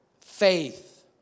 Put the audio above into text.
faith